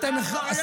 אתה חברת.